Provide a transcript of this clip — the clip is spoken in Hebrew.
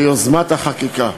ליוזמת החקיקה.